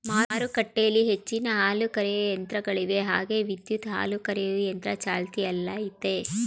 ಮಾರುಕಟ್ಟೆಲಿ ಹೆಚ್ಚಿನ ಹಾಲುಕರೆಯೋ ಯಂತ್ರಗಳಿವೆ ಹಾಗೆ ವಿದ್ಯುತ್ ಹಾಲುಕರೆಯೊ ಯಂತ್ರ ಚಾಲ್ತಿಯಲ್ಲಯ್ತೆ